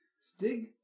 Stig